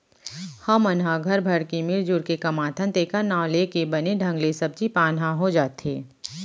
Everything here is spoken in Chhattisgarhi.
हमन ह घर भर के मिरजुर के कमाथन तेखर नांव लेके बने ढंग ले सब्जी पान ह हो जाथे